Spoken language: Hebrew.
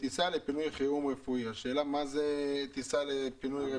מה שאני יכולה לומר לכם,